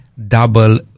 double